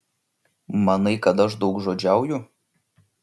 manai kad aš daugžodžiauju